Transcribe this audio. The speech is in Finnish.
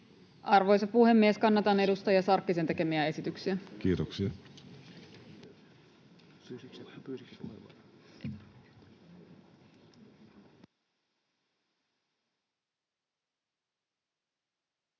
Arvoisa puhemies! Kannatan edustaja Forsgrénin tekemiä esityksiä. Minusta